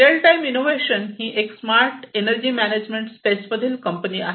real time innovation ही एक smart energy management space मधील कंपनी आहे